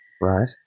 Right